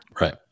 right